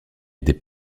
était